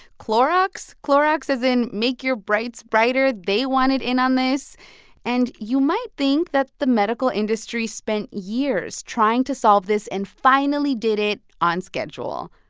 clorox clorox, as in make your brights brighter, they wanted in on this and you might think that the medical industry spent years trying to solve this and finally did it on schedule.